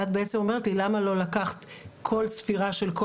את בעצם אומרת לי למה לא לקחת כל ספירה של כל